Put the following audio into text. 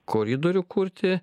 koridorių kurti